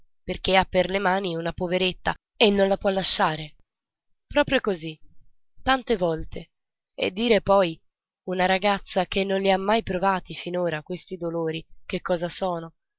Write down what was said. perché ha per le mani una poveretta e non la può lasciare proprio così tante volte e dire poi una ragazza che non li ha mai provati finora questi dolori che cosa sono